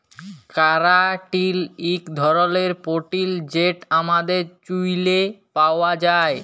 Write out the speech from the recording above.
ক্যারাটিল ইক ধরলের পোটিল যেট আমাদের চুইলে পাউয়া যায়